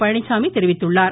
பழனிச்சாமி தெரிவித்துள்ளார்